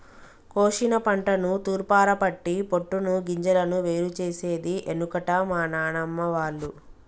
కోశిన పంటను తూర్పారపట్టి పొట్టును గింజలను వేరు చేసేది ఎనుకట మా నానమ్మ వాళ్లు